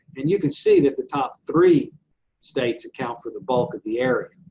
and you can see that the top three states account for the bulk of the area.